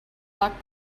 black